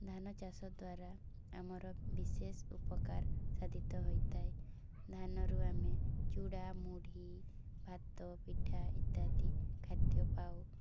ଧାନ ଚାଷ ଦ୍ୱାରା ଆମର ବିଶେଷ ଉପକାର ସାଧିତ ହୋଇଥାଏ ଧାନରୁ ଆମେ ଚୁଡ଼ା ମୁଢ଼ି ଭାତ ପିଠା ଇତ୍ୟାଦି ଖାଦ୍ୟ ପାଉ